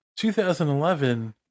2011